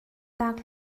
tak